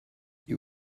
you